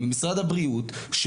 ממשרד הבריאות,